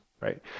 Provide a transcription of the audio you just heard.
right